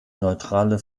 neutrale